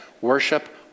worship